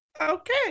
Okay